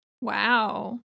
Wow